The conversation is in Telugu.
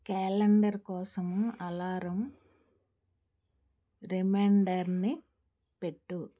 క్యాలెండర్ కోసం అలారం రిమైండర్ని పెట్టుము